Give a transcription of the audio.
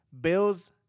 Bills